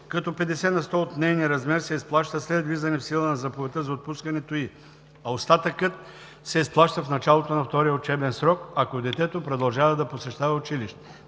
като 50 на сто от нейния размер се изплаща след влизане в сила на заповедта за отпускането ѝ, а остатъкът се изплаща в началото на втория учебен срок, ако детето продължава да посещава училище.“